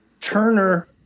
Turner